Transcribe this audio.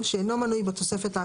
כמובן בהתייעצות עם